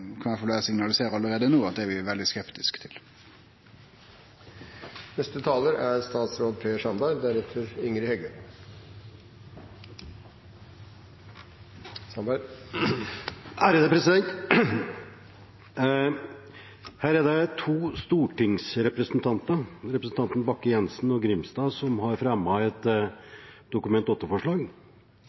kan eg i alle fall signalisere allereie no at vi er veldig skeptiske til. Her er det to stortingsrepresentanter, representanten Bakke-Jensen og representanten Grimstad, som har